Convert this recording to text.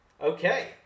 Okay